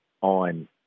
on